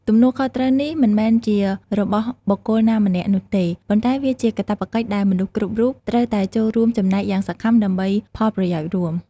ទំនួលខុសត្រូវនេះមិនមែនជារបស់បុគ្គលណាម្នាក់នោះទេ ប៉ុន្តែវាជាកាតព្វកិច្ចដែលមនុស្សគ្រប់រូបត្រូវតែចូលរួមចំណែកយ៉ាងសកម្មដើម្បីផលប្រយោជន៍រួម។